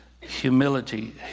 Humility